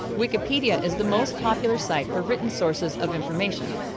wikipedia is the most popular site for written sources of information.